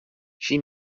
she